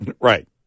Right